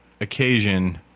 occasion